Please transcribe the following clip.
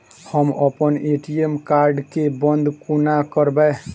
हम अप्पन ATM card केँ बंद कोना करेबै?